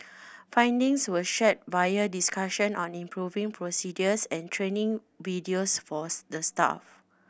findings were shared via discussion on improving procedures and training videos forth the staff